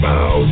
Bow